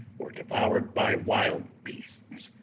or devoured by wild beasts.